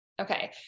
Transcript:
Okay